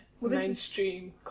mainstream